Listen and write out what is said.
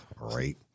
Right